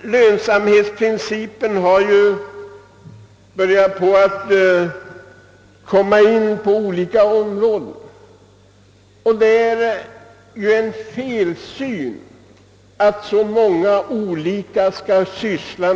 Lönsamhetsprincipen har ju börjat komma till tillämpning på olika områden, och det borde även gälla trafiksektorn.